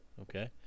Okay